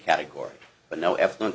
category but no effluent